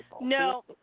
No